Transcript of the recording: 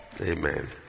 Amen